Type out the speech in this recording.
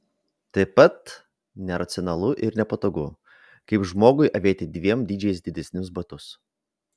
tai taip pat neracionalu ir nepatogu kaip žmogui avėti dviem dydžiais didesnius batus